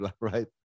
right